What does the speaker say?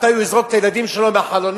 מתי הוא יזרוק את הילדים שלו מהחלונות